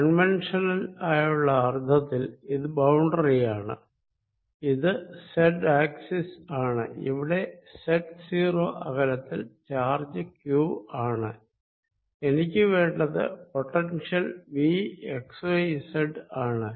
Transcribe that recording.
conventional ആയുള്ള അർത്ഥത്തിൽ ഇത് ബൌണ്ടറിയാണ് ഇത് z ആക്സിസ് ആണ്ഇവിടെ Z0 അകലത്തിൽ ചാർജ് q ആണ് എനിക്ക് വേണ്ടത് പൊട്ടൻഷ്യൽ Vxyz ആണ്